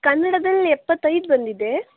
ಕನ್ನಡದಲ್ಲಿ ಎಪ್ಪತ್ತೈದು ಬಂದಿದೆ